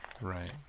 Right